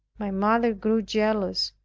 my mother grew jealous,